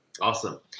Awesome